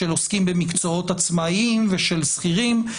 של עוסקים במקצועות עצמאיים ושל שכירים,